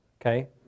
okay